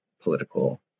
political